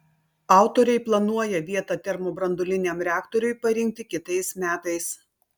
autoriai planuoja vietą termobranduoliniam reaktoriui parinkti kitais metais